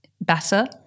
better